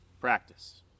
practice